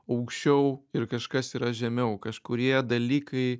aukščiau ir kažkas yra žemiau kažkurie dalykai